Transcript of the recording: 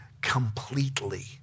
completely